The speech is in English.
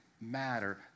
matter